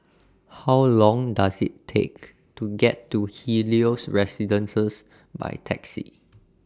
How Long Does IT Take to get to Helios Residences By Taxi